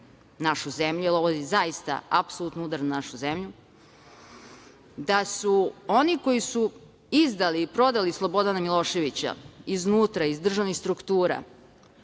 našu zemlju jer ovo je zaista apsolutno udar na našu zemlju, da su oni koji su izdali i prodali Sloboda Miloševića iznutra, iz državnih struktura,